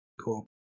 Cool